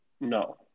No